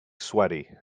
sweaty